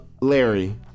Larry